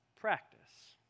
practice